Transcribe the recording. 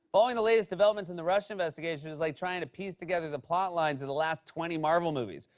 following the latest developments in the russia investigation is like trying to piece together the plot lines of the last twenty marvel movies.